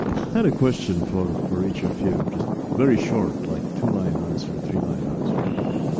had a question for for each of you just very short like two line answer, three line answer maybe.